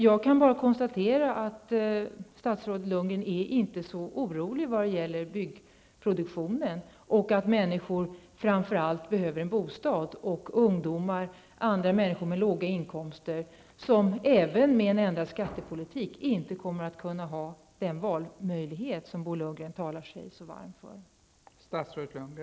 Jag kan bara konstatera att statsrådet Lundgren inte oroar sig så mycket över byggproduktionen och över människors möjligheter att tillgodose sina bostadsbehov, framför allt inte över ungdomar och andra med låga inkomster som inte ens med en ändrad skattepolitik kommer att kunna få den valmöjlighet som Bo Lundgren talar sig så varm för.